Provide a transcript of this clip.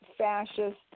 fascist